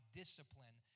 discipline